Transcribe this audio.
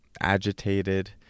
agitated